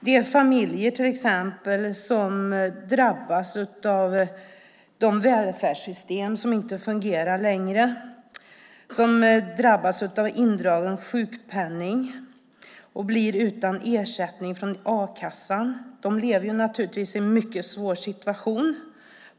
De familjer som drabbas av de välfärdssystem som inte fungerar längre, som drabbas av indragen sjukpenning och blir utan ersättning från a-kassan, lever naturligtvis i en mycket svår situation.